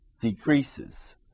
decreases